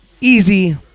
easy